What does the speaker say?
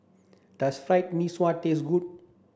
does Fried Mee Sua taste good